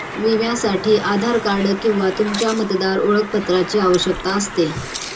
विम्यासाठी आधार कार्ड किंवा तुमच्या मतदार ओळखपत्राची आवश्यकता असते